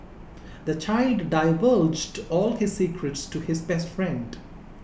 the child divulged all his secrets to his best friend